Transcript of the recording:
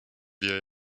wir